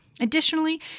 Additionally